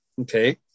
Okay